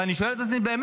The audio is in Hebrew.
ואני שואל את עצמי באמת: